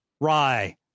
rye